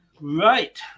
right